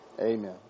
amen